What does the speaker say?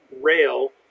Rail